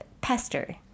pester